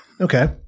Okay